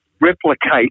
replicate